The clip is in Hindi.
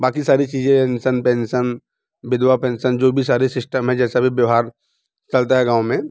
बाकी सारी चीज़ें एंसन पेंसन विधवा पेंसन जो भी सारे सिस्टम है जैसा भी व्यवहार चलता है गाँव में